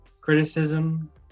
criticism